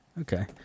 Okay